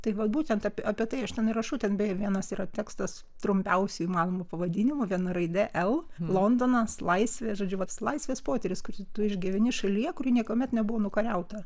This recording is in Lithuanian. tai vat būtent apie apie tai aš ten ir rašau ten beje vienas yra tekstas trumpiausiu įmanomu pavadinimu viena raide el londonas laisvė žodžiu va tas laisvės potyris kurį tu išgyveni šalyje kuri niekuomet nebuvo nukariauta